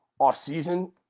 offseason